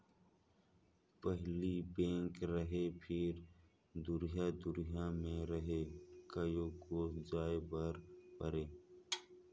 पहिली बेंक रहें फिर दुरिहा दुरिहा मे रहे कयो कोस जाय बर परे